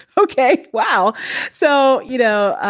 ok. wow so, you know,